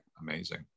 amazing